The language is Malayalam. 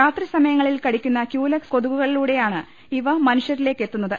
രാത്രി സമയങ്ങളിൽ കടിക്കുന്ന ക്യൂലെക്സ് കൊതുകുകളിലൂടെയാണ് ഇവ മനുഷ്യരിലേക്കെത്തു ന്നത്